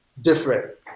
different